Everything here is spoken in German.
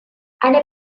eine